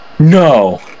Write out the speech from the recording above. No